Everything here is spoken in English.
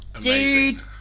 Dude